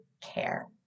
care